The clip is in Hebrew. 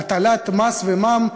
הטלת מס ומע"מ,